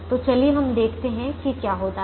तो चलिए हम देखते हैं कि क्या होता है